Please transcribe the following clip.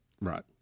Right